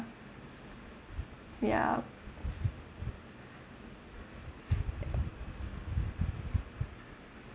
ya